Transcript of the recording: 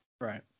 right